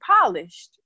polished